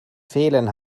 fehlen